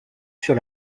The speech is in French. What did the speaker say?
sur